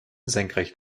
senkrecht